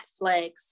Netflix